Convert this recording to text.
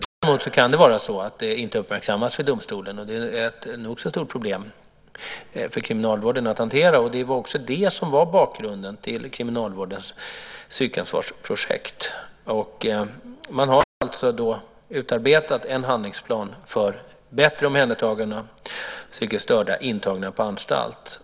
Däremot kan det hända att detta inte uppmärksammas i domstolen - och det är ett nog så stort problem för kriminalvården att hantera. Det var bakgrunden till kriminalvårdens psykansvarsprojekt. Man har utarbetat en handlingsplan för bättre omhändertagande av psykiskt störda intagna på anstalt.